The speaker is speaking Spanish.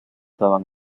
daban